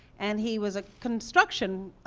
and he was a construction